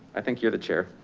i think you had a chair.